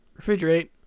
Refrigerate